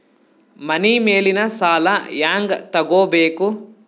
ಮನಿ ಮೇಲಿನ ಸಾಲ ಹ್ಯಾಂಗ್ ತಗೋಬೇಕು?